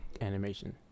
animation